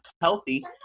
healthy